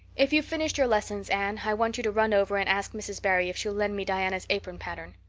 if you've finished your lessons, anne, i want you to run over and ask mrs. barry if she'll lend me diana's apron pattern.